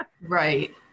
Right